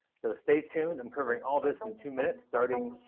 so stay tuned! i'm covering all this in two minutes starting